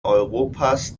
europas